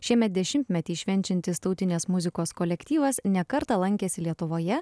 šiemet dešimtmetį švenčiantis tautinės muzikos kolektyvas ne kartą lankėsi lietuvoje